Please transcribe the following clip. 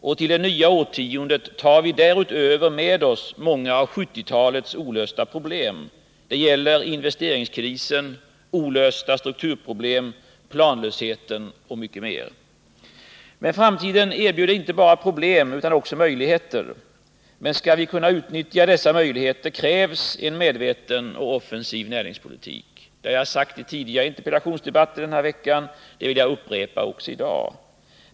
Och till det nya årtiondet tar vi därutöver med oss många av 1970-talet olösta problem. Det gäller investeringskrisen, olösta strukturproblem, planlösheten och mycket mer. Framtiden erbjuder inte bara problem utan också möjligheter. Men skall vi kunna utnyttja dessa möjligheter krävs en medveten och offensiv näringspolitik. Det har jag sagt i tidigare interpellationsdebatter den här veckan. Det vill jag upprepa också i dag.